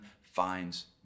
finds